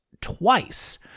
twice